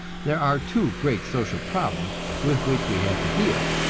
there are two great social problems with which we have to deal,